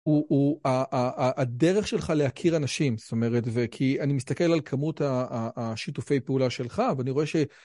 הדרך שלך להכיר אנשים, זאת אומרת, וכי אני מסתכל על כמות השיתופי פעולה שלך, ואני רואה ש...